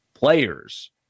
players